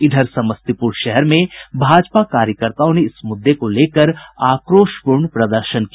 इधर समस्तीपुर शहर में भाजपा कार्यकर्ताओ ने इस मुद्दे को लेकर आक्रोशपूर्ण प्रदर्शन किया